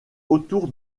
autour